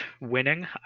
Winning